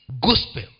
gospel